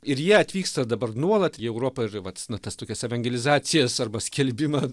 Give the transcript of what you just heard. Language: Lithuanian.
ir jie atvyksta dabar nuolat į europą ir vat na tas tokias evangelizacijas arba skelbimą